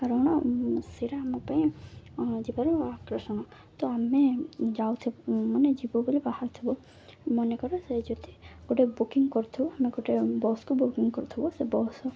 କାରଣ ସେଟା ଆମ ପାଇଁ ଯିବାର ଆକର୍ଷଣ ତ ଆମେ ମାନେ ଯିବୁ ବୋଲି ବାହାରିଥିବୁ ମନେକର ସେ ଯଦି ଗୋଟେ ବୁକିଙ୍ଗ କରିଥିବୁ ଆମେ ଗୋଟେ ବସ୍କୁ ବୁକିଙ୍ଗ କରିଥିବୁ ସେ ବସ୍